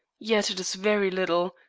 yet it is very little,